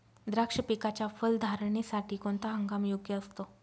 द्राक्ष पिकाच्या फलधारणेसाठी कोणता हंगाम योग्य असतो?